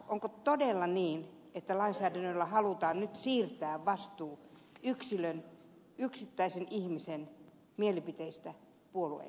onko todella niin että lainsäädännöllä halutaan nyt siirtää vastuu yksilön yksittäisen ihmisen mielipiteistä puolueelle